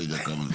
לא יודע כמה זה.